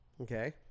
okay